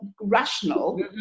rational